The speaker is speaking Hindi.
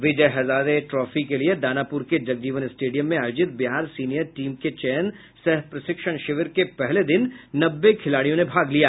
विजय हजारे ट्रॉफी के लिए दानापुर के जगजीवन स्टेडियम में आयोजित बिहार सीनियर टीम के चयन सह प्रशिक्षण शिविर के पहले दिन नब्बे खिलाड़ियों ने भाग लिया